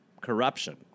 corruption